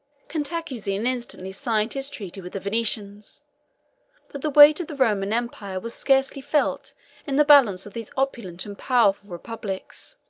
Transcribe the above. cantacuzene instantly signed his treaty with the venetians but the weight of the roman empire was scarcely felt in the balance of these opulent and powerful republics.